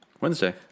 Wednesday